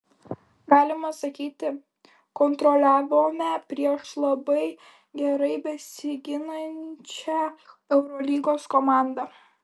galima sakyti kontroliavome prieš labai gerai besiginančią eurolygos komandą